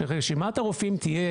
שרשימת הרופאים תהיה